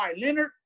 Leonard